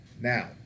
now